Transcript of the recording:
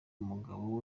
umugabo